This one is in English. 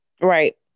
right